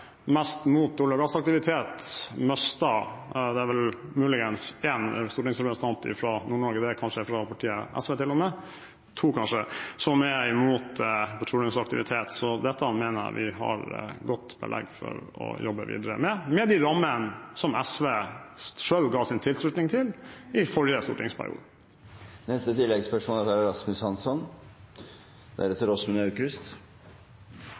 mest imot olje- og gassaktivitet, mistet muligens én stortingsrepresentant fra Nord-Norge, kanskje to – som kanskje til og med er fra partiet SV – så dette mener jeg vi har godt belegg for å jobbe videre med, med de rammene som SV selv ga sin tilslutning til i forrige stortingsperiode.